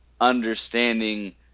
understanding